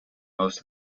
most